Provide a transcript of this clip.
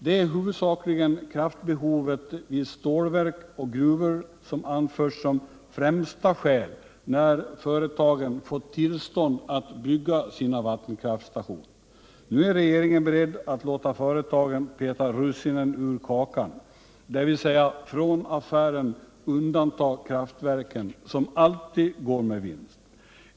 Det är huvudsakligen kraftbehovet vid stålverk och gruvor som anförts som skäl när företagen fått tillstånd att bygga sina vattenkraftstationer. Nu är regeringen beredd att låta företagen peta russinen ur kakan, dvs. från affären undanta kraftverken, som alltid går med vinst.